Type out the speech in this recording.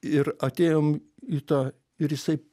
ir atėjom į tą ir jisai